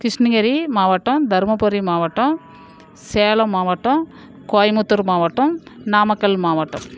கிருஷ்ணகிரி மாவட்டம் தர்மபுரி மாவட்டம் சேலம் மாவட்டம் கோயமுத்தூர் மாவட்டம் நாமக்கல் மாவட்டம்